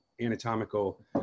anatomical